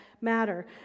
matter